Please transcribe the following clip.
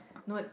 not